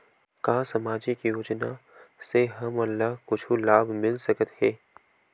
का सामाजिक योजना से हमन ला कुछु लाभ मिल सकत हे?